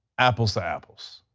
apples to apples.